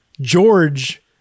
george